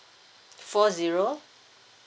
four zero